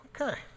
Okay